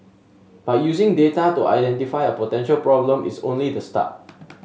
but using data to identify a potential problem is only the start